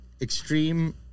extreme